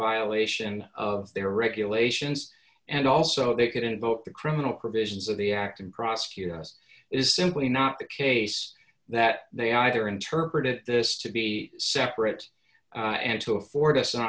violation of their regulations and also they couldn't vote the criminal provisions of the act and prosecute us is simply not the case that they either interpret this to be separate and to afford us an